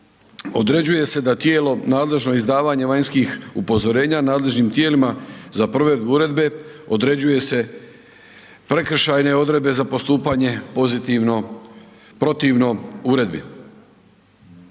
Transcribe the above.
određuje se da tijelo nadležno izdavanju vanjskih upozorenja nadležnim tijelima za provedbu uredbe, određuje se prekršajne odredbe za postupanje pozitivno protivno uredbi.